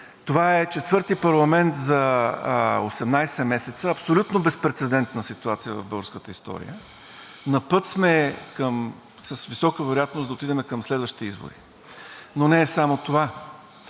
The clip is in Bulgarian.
Това е четвърти парламент за 18 месеца – абсолютно безпрецедентна ситуация в българската история. На път сме с висока вероятност да отидем към следващи избори, но не е само това.